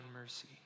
mercy